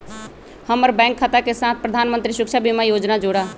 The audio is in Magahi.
हम्मर बैंक खाता के साथ प्रधानमंत्री सुरक्षा बीमा योजना जोड़ा